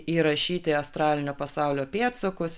įrašyti astralinio pasaulio pėdsakus